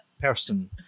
person